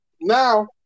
Now